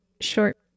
short